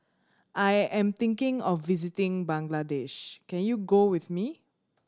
I am thinking of visiting Bangladesh can you go with me